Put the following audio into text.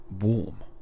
warm